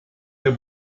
der